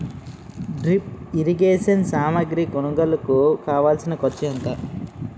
drip irrigation సామాగ్రి కొనుగోలుకు కావాల్సిన ఖర్చు ఎంత